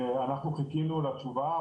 אנחנו חיכינו לתשובה,